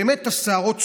באמת השערות סומרות.